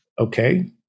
Okay